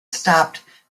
stopped